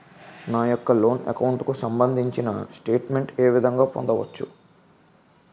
నా యెక్క loan account కు సంబందించిన స్టేట్ మెంట్ ఏ విధంగా పొందవచ్చు?